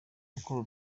uko